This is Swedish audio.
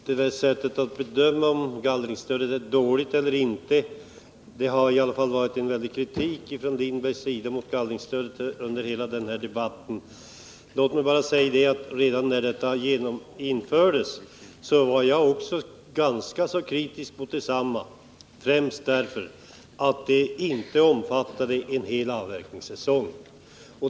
Herr talman! Är gallringsstödet dåligt eller inte? Det har i varje fall varit en stark kritik från Sven Lindbergs sida mot gallringsstödet under hela denna debatt. Låt mig säga att när stödet infördes var jag också ganska kritisk mot detsamma, främst därför att det inte omfattade en hel avverkningssäsong.